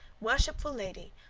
worshipful lady,